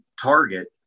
target